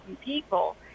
people